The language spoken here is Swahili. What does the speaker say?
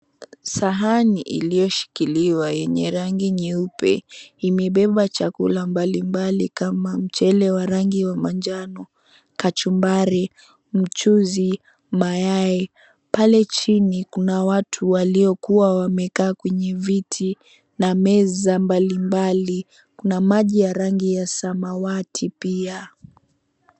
Sahani iliyoshikiliwa yenye rangi nyeupe, imebeba chakula mbalimbali kama mchele wa rangi ya manjano, kachumbari, mchuzi, mayai. Pale chini kuna watu waliokuwa wamekaa kwenye viti na meza mbalimbali. Kuna maji ya rangi ya samawati pia.